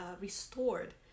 restored